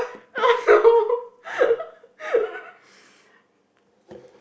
oh no